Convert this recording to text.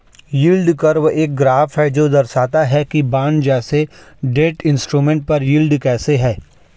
yield curve एक graph है जो दर्शाता है कि बॉन्ड जैसे डेट इंस्ट्रूमेंट पर यील्ड कैसे है